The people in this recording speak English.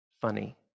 funny